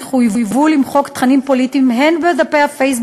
הם חויבו למחוק תכנים פוליטיים הן בדפי הפייסבוק